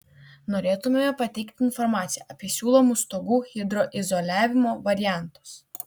norėtumėme pateikti informaciją apie siūlomus stogų hidroizoliavimo variantus